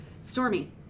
stormy